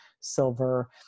silver